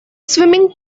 swimming